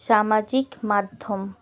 সামাজিক মাধ্যম